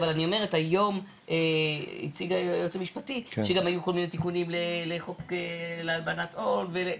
אבל היום הציג היועץ המשפטי שגם היו כל מיני תיקונים לחוק הלבנת הון.